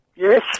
Yes